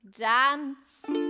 dance